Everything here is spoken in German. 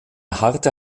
harte